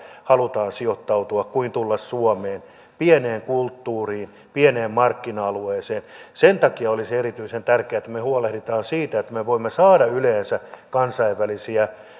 halutaan sijoittautua ennemmin kuin tulla suomeen pieneen kulttuuriin pieneen markkina alueeseen sen takia olisi erityisen tärkeää että me huolehdimme siitä että me voimme saada yleensä kansainvälisiä